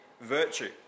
virtue